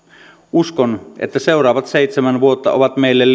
uskon että seuraavat seitsemän vuotta ovat meille lihavia